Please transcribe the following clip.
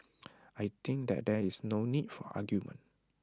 I think that there is no need for argument